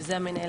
שזה המנהל